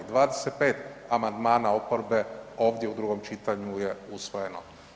25 amandmana oporbe ovdje u drugom čitanju je usvojeno.